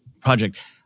project